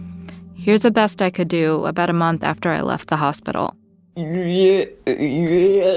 here's the best i could do about a month after i left the hospital yeah yeah